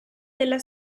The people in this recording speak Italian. della